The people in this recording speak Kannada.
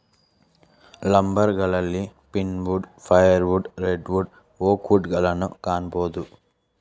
ಲಂಬರ್ಗಳಲ್ಲಿ pine wood, fire wood, red wood, oak wood ಗಳನ್ನು ಕಾಣಬೋದು